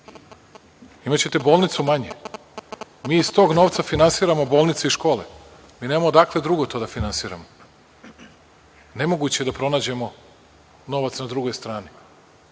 imaćete bolnicu manje. Mi iz tog novca finansiramo bolnice i škole, mi nemamo odakle drugo to da finansiramo. Nemoguće da pronađemo novac na drugoj strani,